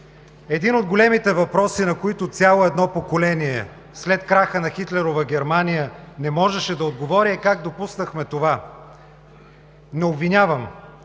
Един от големите въпроси, на които цяло едно поколение след краха на хитлерова Германия не можеше да отговори, е: как допуснахме това? Не обвинявам,